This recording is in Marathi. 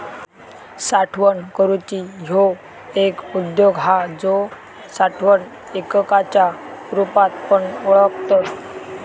साठवण करूची ह्यो एक उद्योग हा जो साठवण एककाच्या रुपात पण ओळखतत